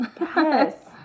Yes